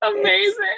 amazing